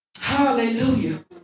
Hallelujah